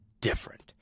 different